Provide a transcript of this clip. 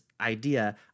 idea